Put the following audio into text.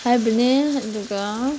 ꯍꯥꯏꯕꯅꯦ ꯑꯗꯨꯒ